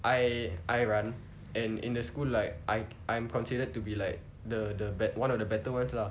I I run and in the school like I I'm considered to be like the the one of the better ones lah